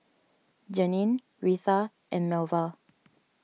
Janeen Retha and Melva